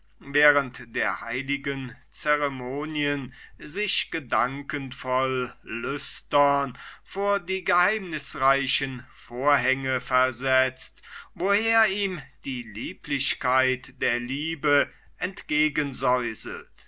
während der heiligen zeremonien sich gedankenvoll lüstern vor die geheimnisreichen vorhänge versetzt woher ihm die lieblichkeit der liebe